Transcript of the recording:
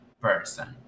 person